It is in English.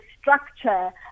structure